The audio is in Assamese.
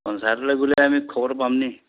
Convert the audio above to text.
পঞ্চায়তলৈ গ'লে আমি খবৰ পাম নি